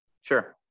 Sure